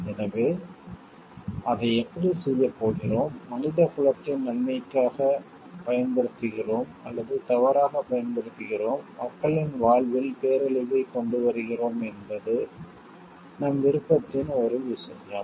எனவே அதை எப்படிச் செய்யப் போகிறோம் மனித குலத்தின் நன்மைக்காகப் பயன்படுத்துகிறோம் அல்லது தவறாகப் பயன்படுத்துகிறோம் மக்களின் வாழ்வில் பேரழிவைக் கொண்டு வருகிறோம் என்பது நம் விருப்பத்தின் ஒரு விஷயம்